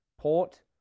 Port